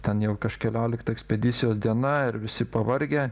ten jau kažkeliolikta ekspedisijos diena ir visi pavargę